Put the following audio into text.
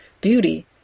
beauty